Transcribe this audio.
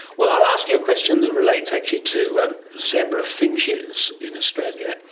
well, i'll ask you a question that relates actually to zebra finches in australia,